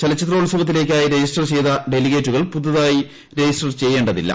ചലച്ചിത്രോത്സവത്തിലേക്കായി register ചെയ്ത ഡെലിഗേറ്റുകൾ പുതിയതായി രജിസ്റ്റർ ചെയ്യേണ്ടതില്ല